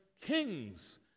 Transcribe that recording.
kings